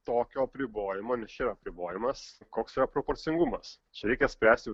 tokio apribojimo nes čia yra apribojimas koks yra proporcingumas čia reikia spręsti